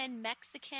Mexican